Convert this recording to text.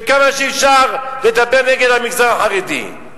וכמה שאפשר לדבר נגד המגזר החרדי.